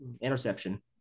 interception